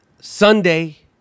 Sunday